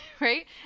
right